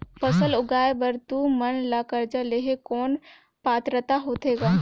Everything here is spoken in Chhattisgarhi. फसल उगाय बर तू मन ला कर्जा लेहे कौन पात्रता होथे ग?